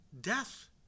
death